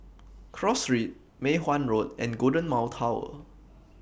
Cross Street Mei Hwan Road and Golden Mile Tower